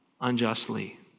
unjustly